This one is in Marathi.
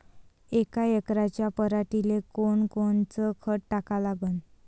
यका एकराच्या पराटीले कोनकोनचं खत टाका लागन?